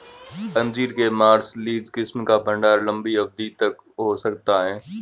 अंजीर के मार्सलीज किस्म का भंडारण लंबी अवधि तक हो सकता है